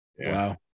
Wow